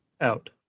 out